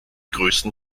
größten